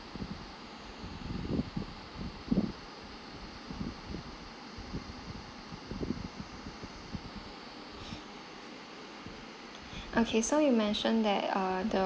okay so you mentioned that uh the